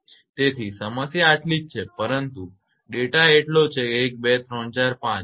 તેથી સમસ્યા આટલી જ છે પરંતુ ડેટા એટલો જ છે 1 2 3 4 5 6